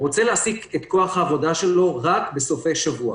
את כוח העבודה שלו רק בסופי שבוע,